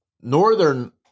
northern